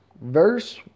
Verse